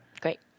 Great